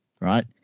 right